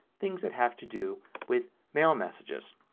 things that have to do with mail messages.